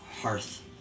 hearth